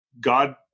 God